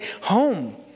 home